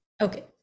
Okay